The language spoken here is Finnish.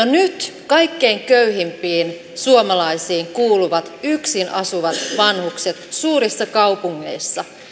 nyt kaikkein köyhimpiin suomalaisiin kuuluvat yksin asuvat vanhukset suurissa kaupungeissa